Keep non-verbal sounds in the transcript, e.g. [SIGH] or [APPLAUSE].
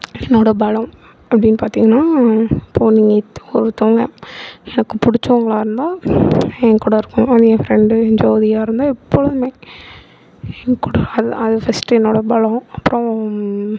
என்னோடய பலம் அப்படின்னு பார்த்தீங்கன்னா இப்போது நீங்கள் இப்போது ஒருத்தங்க எனக்கு பிடிச்சவங்களா இருந்தால் என் கூட இருப்போம் நான் என் ஃப்ரெண்டு [UNINTELLIGIBLE] ஜோடியாக இருந்தால் எப்பொழுதுமே என் கூட [UNINTELLIGIBLE] அது ஃபர்ஸ்ட் என்னோடய பலம் அப்புறம்